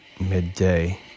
midday